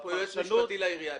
היועצת המשפטית לעירייה?